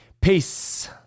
Peace